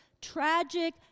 tragic